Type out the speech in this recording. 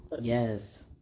Yes